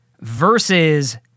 versus